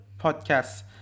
podcast